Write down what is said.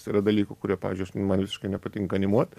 yra dalykų kurie pavyzdžiui aš man visiškai nepatinka animuot